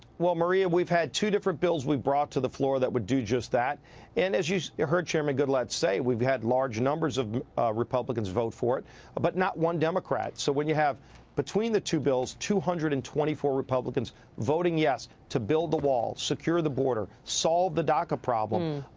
well maria we've had two different bills we brought to the floor that would do just that and as you heard chairman goodlatte say we've had large numbers of republicans vote for it but not one democrat so when you have between the two bills, two hundred and twenty four republicans voting yes to build a wall, secure the border, solve the daca problem,